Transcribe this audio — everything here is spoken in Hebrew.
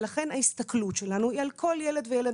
לכן, ההסתכלות שלנו היא על כל ילד וילד.